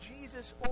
Jesus